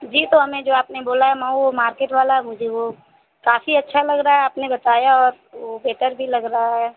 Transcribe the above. जी तो हमें जो आपने बोला है मऊ मार्केट वाला है मुझे वह काफ़ी अच्छा लग रहा है आपने बताया और वह बेटर भी लग रहा है